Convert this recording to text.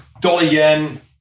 Dollar-yen